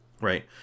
Right